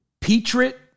Petrit